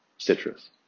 Citrus